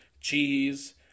cheese